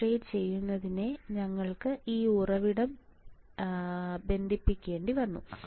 substrate ചെയ്യുന്നതിന് ഞങ്ങൾക്ക് ഈ ഉറവിടം ബന്ധിപ്പിക്കേണ്ടിവന്നു